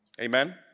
Amen